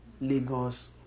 Lagos